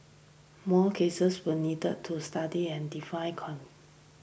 more cases will need to studied and define con